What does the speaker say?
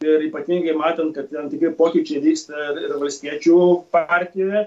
ir ypatingai matant kad tam tikri pokyčiai vyksta ir valstiečių partijoje